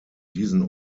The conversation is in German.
diesen